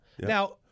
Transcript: Now